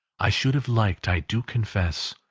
i should have liked, i do confess,